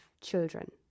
children